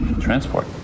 transport